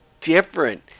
different